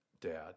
Dad